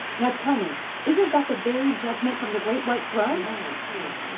now tell me isn't that the very judgment from the great white throne? yes, of course.